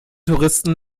touristen